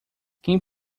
quem